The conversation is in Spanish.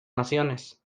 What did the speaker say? naciones